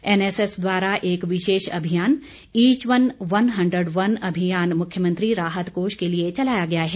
NSS द्वारा एक विशेष अभियान each one one hundred one अभियान मुख्यमंत्री राहत कोष के लिए चलाया गया है